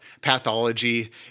Pathology